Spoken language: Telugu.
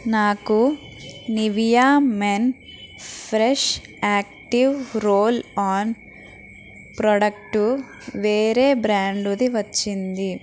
నాకు Nivea men fresh active roll on product వేరే బ్రాండుది వచ్చింది